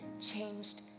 changed